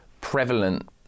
prevalent